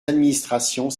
administrations